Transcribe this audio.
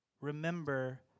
Remember